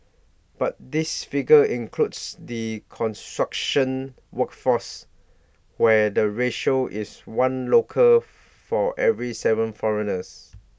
but this figure includes the construction workforce where the ratio is one local for every Seven foreigners